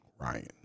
Ryan